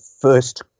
first